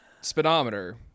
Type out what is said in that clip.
speedometer